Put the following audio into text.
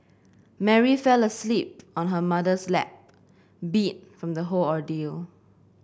Mary fell asleep on her mother's lap beat from the whole ordeal